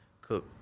cook